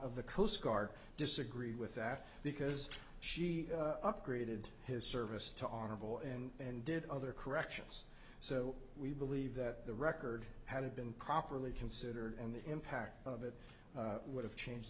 guard disagree with that because she upgraded his service to honorable and did other corrections so we believe that the record had been properly considered and the impact of it would have changed